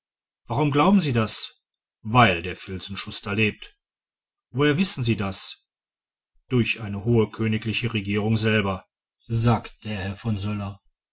warum glauben sie das weil der filzenschuster lebt woher wissen sie das durch eine hohe königliche regierung selber sagt der herr von söller